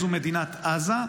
האויב זו מדינת עזה,